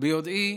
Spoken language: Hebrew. ביודעי